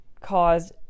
caused